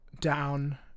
down